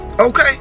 Okay